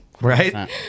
Right